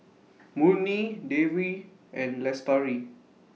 Murni Dewi and Lestari